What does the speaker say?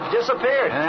disappeared